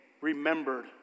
remembered